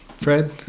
Fred